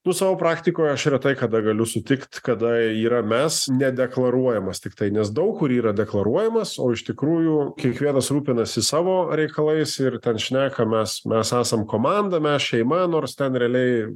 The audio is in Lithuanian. tu savo praktikoje aš retai kada galiu sutikt kada yra mes ne deklaruojamas tiktai nes daug kur yra deklaruojamas o iš tikrųjų kiekvienas rūpinasi savo reikalais ir ten šnekam mes mes esam komanda mes šeima nors ten realiai